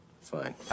Fine